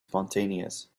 spontaneous